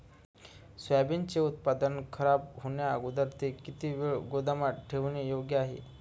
सोयाबीनचे उत्पादन खराब होण्याअगोदर ते किती वेळ गोदामात ठेवणे योग्य आहे?